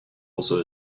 also